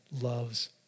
loves